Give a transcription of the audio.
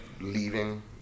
leaving